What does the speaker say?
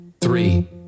three